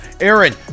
Aaron